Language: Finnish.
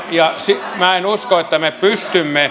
minä en usko että me pystymme